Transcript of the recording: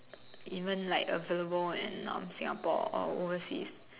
even like available on Singapore or overseas